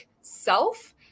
self